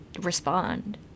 respond